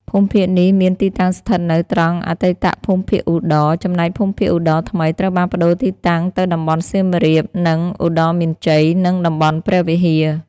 ភូមិភាគនេះមានទីតាំងស្ថិតនៅ ត្រង់អតីតភូមិភាគឧត្តរ ចំណែកភូមិភាគឧត្តរថ្មីត្រូវបានប្តូរទីតាំងទៅតំបន់សៀមរាប-ឧត្តរមានជ័យ និងតំបន់ព្រះវិហារ។